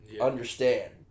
understand